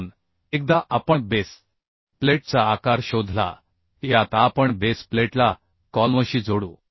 म्हणून एकदा आपण बेस प्लेटचा आकार शोधला की आता आपण बेस प्लेटला कॉलमशी जोडू